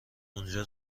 اونجا